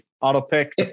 auto-pick